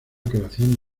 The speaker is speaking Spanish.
creación